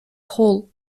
whole